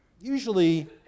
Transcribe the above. usually